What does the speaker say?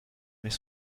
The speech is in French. mais